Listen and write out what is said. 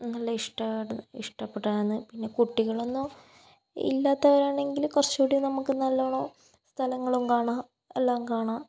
നല്ല ഇഷ്ടമാണ് ഇഷ്ടപ്പെട്ടതാണ് പിന്നെ കുട്ടികളൊന്നും ഇല്ലാത്തവരാണെങ്കിൽ കുറച്ചും കൂടി നമുക്ക് നല്ല വണ്ണം സ്ഥലങ്ങളും കാണാം എല്ലാം കാണാം